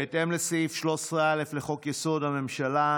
בהתאם לסעיף 13א לחוק-יסוד: הממשלה,